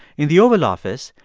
in the oval office,